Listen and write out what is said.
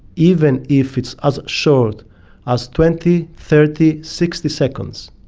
even if it's as short as twenty, thirty, sixty seconds,